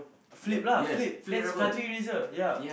flip lah flip there's country eraser ya